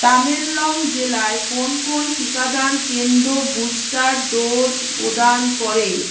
তামেংলং জেলায় কোন কোন টিকাদান কেন্দ্র বুস্টার ডোজ প্রদান করে